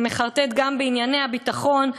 ומחרטט גם בענייני הביטחון,